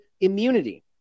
immunity